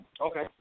Okay